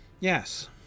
Yes